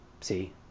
see